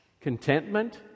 Contentment